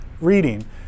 reading